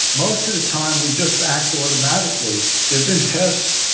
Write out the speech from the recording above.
most of the time, we just act automatically. there have been tests.